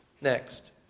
Next